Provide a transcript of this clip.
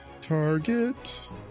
target